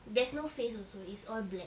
there's no face also it's all black